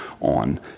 on